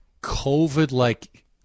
COVID-like